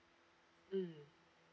mm